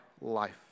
life